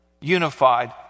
unified